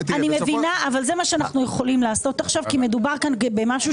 מה שאנחנו יכולים לעשות עכשיו כי מדובר כאן במשהו